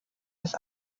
des